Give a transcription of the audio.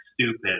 stupid